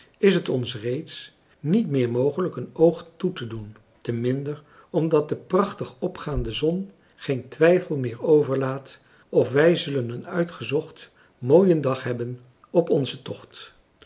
is het ons reeds niet meer mogelijk een oog toe te doen te minder omdat de prachtig opgaande zon geen twijfel meer overlaat of wij zullen een uitgezocht mooien dag hebben op onzen tocht